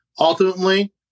Ultimately